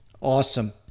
Awesome